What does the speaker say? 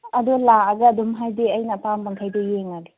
ꯑꯗꯣ ꯂꯥꯛꯑꯒ ꯑꯗꯨꯝ ꯍꯥꯏꯗꯤ ꯑꯩꯅ ꯑꯄꯥꯝꯕ ꯃꯈꯩꯗꯣ ꯌꯦꯡꯉꯒꯦ